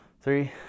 three